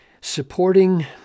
Supporting